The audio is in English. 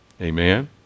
amen